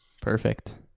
Perfect